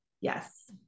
yes